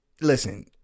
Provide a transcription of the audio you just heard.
listen